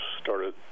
started